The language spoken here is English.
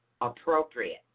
appropriate